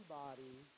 body